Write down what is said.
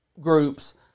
groups